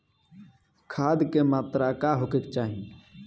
खाध के मात्रा का होखे के चाही?